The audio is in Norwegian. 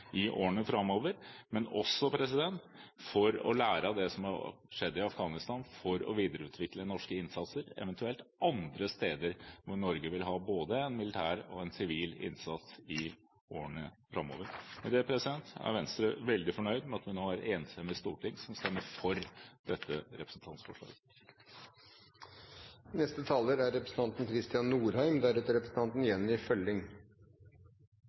i årene framover, men også for å lære av det som har skjedd i Afghanistan for å videreutvikle norske innsatser eventuelt andre steder hvor Norge vil ha både en militær og en sivil innsats i årene framover. Med dette er Venstre veldig fornøyd med at vi har et enstemmig storting som vil stemme for dette representantforslaget. Jeg vil først starte med å gi honnør til forslagsstillerne. Dette er